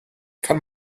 kann